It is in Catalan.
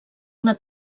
una